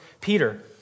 Peter